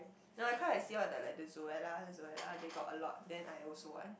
no because I see all the like the Zoella Zoella they got a lot then I also want